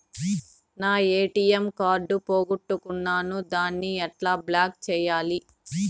నా ATM card పోగొట్టుకున్నాను, దాన్ని ఎట్లా బ్లాక్ సేయాలి?